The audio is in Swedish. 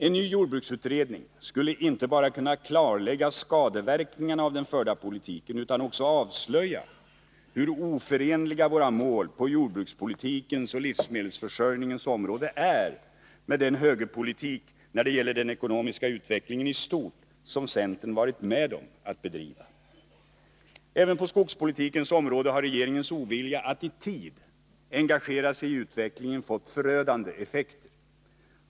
En ny jordbruksutredning skulle inte bara kunna klarlägga skadeverkningarna av den förda politiken utan också avslöja hur oförenliga våra mål på jordbrukspolitikens och livsmedelsförsörjningens områden är med den högerpolitik när det gäller den ekonomiska utvecklingen i stort som centern varit med om att bedriva. Även på skogspolitikens område har regeringens ovilja att i tid engagera sig i utvecklingen fått förödande effekter.